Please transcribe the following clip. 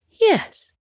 Yes